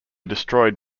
destroyed